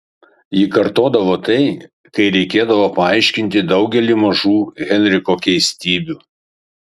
ji kartodavo tai kai reikėdavo paaiškinti daugelį mažų henriko keistybių